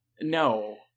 No